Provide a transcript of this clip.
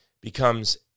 becomes